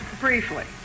Briefly